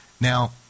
Now